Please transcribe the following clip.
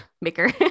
Maker